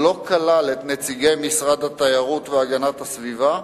לא כלל את נציגי משרדי התיירות והגנת הסביבה,